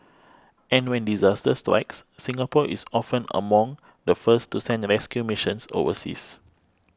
and when disaster strikes Singapore is often among the first to send rescue missions overseas